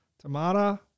Tamara